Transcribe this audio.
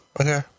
Okay